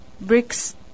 bricks